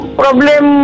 problem